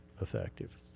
effective